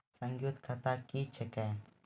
संयुक्त खाता क्या हैं?